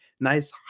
nice